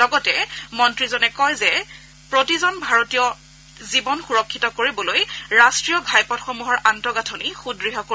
লগতে মন্ত্ৰীজনে কয় যে প্ৰতিজন ভাৰতীয়ৰ জীৱন সুৰক্ষিত কৰিবলৈ ৰাষ্ট্ৰীয় ঘাইপথসমূহৰ আন্তঃগাথনি সুদ্ঢ় কৰিব